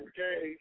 Okay